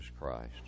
Christ